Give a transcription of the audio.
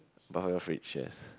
buy for your fridge yes